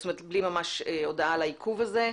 בלי הודעה על העיכוב הזה.